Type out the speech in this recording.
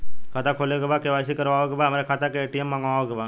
खाता खोले के बा के.वाइ.सी करावे के बा हमरे खाता के ए.टी.एम मगावे के बा?